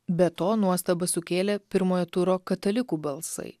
be to nuostabą sukėlė pirmojo turo katalikų balsai